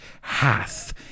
Hath